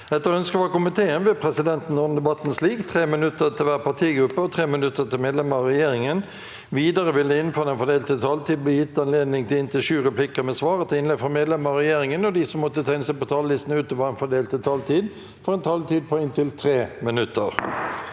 og omsorgskomiteen vil presidenten ordne debatten slik: 3 minutter til hver partigruppe og 3 minutter til medlemmer av regjeringen. Videre vil det – innenfor den fordelte taletid – bli gitt anledning til inntil sju replikker med svar etter innlegg fra medlemmer av regjeringen, og de som måtte tegne seg på talerlisten utover den fordelte taletid, får en taletid på inntil 3 minutter.